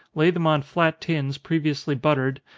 lay them on flat tins, previously buttered,